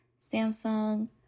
Samsung